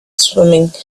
swimming